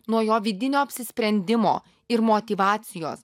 nuo jo vidinio apsisprendimo ir motyvacijos